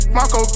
Marco